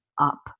up